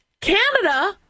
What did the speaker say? Canada